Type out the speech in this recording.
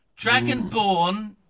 Dragonborn